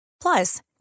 Plus